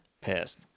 pissed